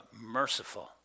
merciful